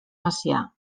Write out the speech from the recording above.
macià